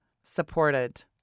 supported